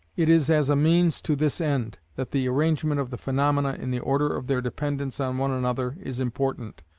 it is as a means to this end, that the arrangement of the phaenomena in the order of their dependence on one another is important.